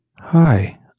hi